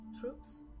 Troops